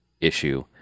issue